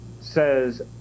says